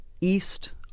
east